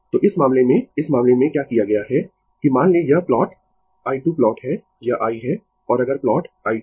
तो इस मामले में इस मामले में क्या किया गया है कि मान लें यह प्लॉट i 2 प्लॉट है यह i है और अगर प्लॉट i 2